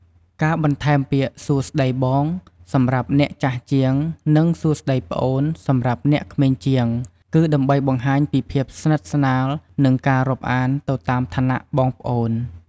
ការបន្ថែមពាក្យ "សួស្ដីបង" សម្រាប់អ្នកចាស់ជាង និង "សួស្ដីប្អូន" សម្រាប់អ្នកក្មេងជាង គឺដើម្បីបង្ហាញពីភាពស្និទ្ធស្នាល និងការរាប់អានទៅតាមឋានៈបងប្អូន។